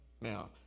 Now